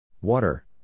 Water